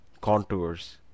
contours